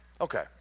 Okay